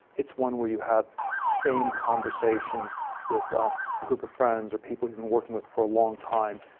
it's one where you have sustained conversations with a group of friends or people you've been working with for a long time.